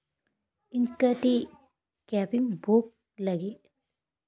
ᱤᱧ ᱠᱟᱹᱴᱤᱡ ᱠᱮᱵᱽ ᱤᱧ ᱵᱩᱠ ᱞᱟᱹᱜᱤᱫ